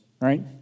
right